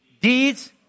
Deeds